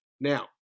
Now